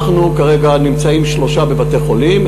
כרגע נמצאים שלושה בבתי-חולים,